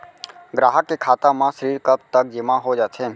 ग्राहक के खाता म ऋण कब तक जेमा हो जाथे?